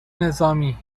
نظامی